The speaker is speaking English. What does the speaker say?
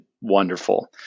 wonderful